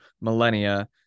millennia